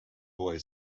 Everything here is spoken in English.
boy